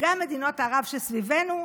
גם מדינות ערב שסביבנו,